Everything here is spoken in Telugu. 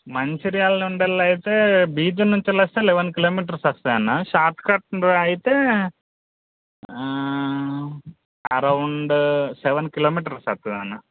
మంచిర్యాల నుంచి వెళ్ళి అయితే బీదర్ నుంచి వెళ్ళి వస్తే లెవెన్ కిలోమీటర్స్ వస్తాయి అన్న షార్ట్కట్ అయితే అరౌండ్ సెవెన్ కిలోమీటర్స్ వస్తుంది అన్న